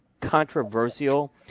controversial